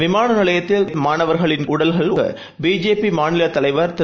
விமானநிலையத்தில் மாணவர்களின் உடலுக்குபிஜேபிமாநிலத் தலைவர் திரு